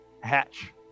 hatch